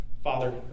Father